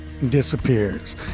disappears